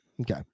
Okay